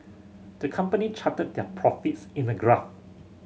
the company charted their profits in a graph